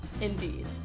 indeed